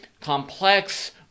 complex